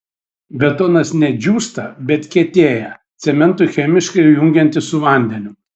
betonas ne džiūsta bet kietėja cementui chemiškai jungiantis su vandeniu